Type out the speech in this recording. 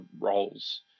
roles